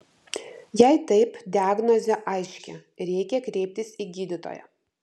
jei taip diagnozė aiški reikia kreiptis į gydytoją